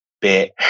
bit